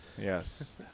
Yes